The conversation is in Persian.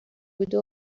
بوده